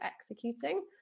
executing